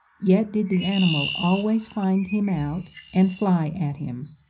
yet did the animal always find him out, and fly at him.